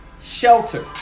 shelter